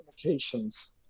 communications